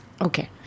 Okay